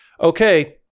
okay